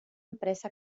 empresa